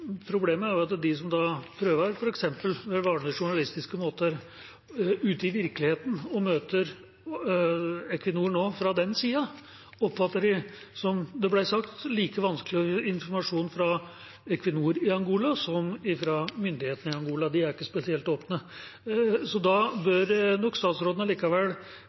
problemet er at de som da prøver f.eks. ved vanlige journalistiske måter ute i virkeligheten å møte Equinor fra den siden, oppfatter det, som det ble sagt, som like vanskelig å få informasjon fra Equinor i Angola som fra myndighetene i Angola – og de er ikke spesielt åpne. Så da bør nok statsråden